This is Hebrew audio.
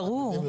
ברור.